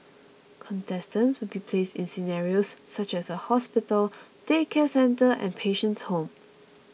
contestants will be placed in scenarios such as a hospital daycare centre and patient's home